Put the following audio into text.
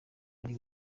ari